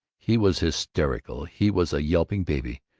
he was hysterical, he was a yelping baby.